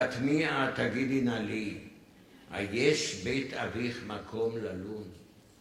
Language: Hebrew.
התמיעה תגידי נא לי, היש בית אביך מקום ללון.